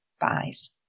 buys